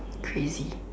crazy